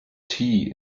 tea